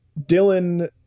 Dylan